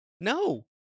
No